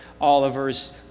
Oliver's